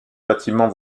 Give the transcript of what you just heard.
bâtiment